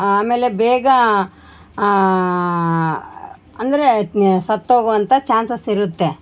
ಆಮೇಲೆ ಬೇಗ ಅಂದರೆ ಸತ್ತೋಗುವಂಥ ಚಾನ್ಸಸ್ ಇರುತ್ತೆ